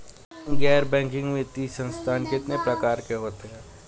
गैर बैंकिंग वित्तीय संस्थान कितने प्रकार के होते हैं?